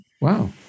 wow